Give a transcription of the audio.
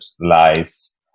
lies